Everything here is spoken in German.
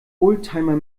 oldtimer